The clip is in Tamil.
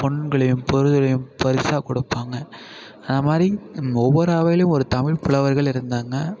பொன்களையும் பொருட்களையும் பரிசாக கொடுப்பாங்க அது மாதிரி ஒவ்வொரு அவையிலேயும் ஒரு தமிழ் புலவர்கள் இருந்தாங்க